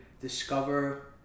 discover